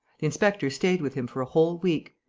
the inspector stayed with him for a whole week.